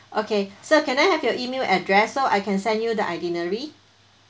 okay so can I have your email address so I can send you the itinerary